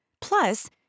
Plus